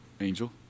Angel